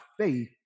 faith